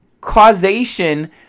causation